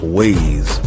ways